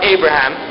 Abraham